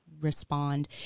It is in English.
respond